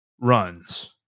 runs